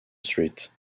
street